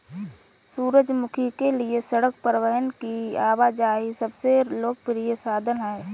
सूरजमुखी के लिए सड़क परिवहन की आवाजाही सबसे लोकप्रिय साधन है